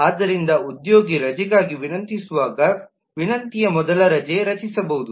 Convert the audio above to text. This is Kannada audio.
ಆದ್ದರಿಂದ ಉದ್ಯೋಗಿ ರಜೆಗಾಗಿ ವಿನಂತಿಸುವಾಗ ವಿನಂತಿಯ ಮೊದಲು ರಜೆ ರಚಿಸಬಹುದು